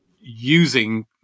using